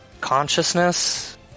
consciousness